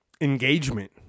engagement